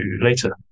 later